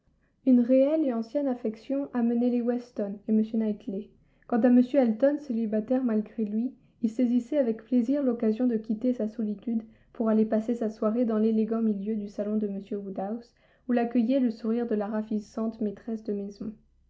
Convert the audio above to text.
une réelle et ancienne affection amenait les weston et m knightley quant à m elton célibataire malgré lui il saisissait avec plaisir l'occasion de quitter sa solitude pour aller passer sa soirée dans l'élégant milieu du salon de m woodhouse où l'accueillait le sourire de la ravissante maîtresse de maison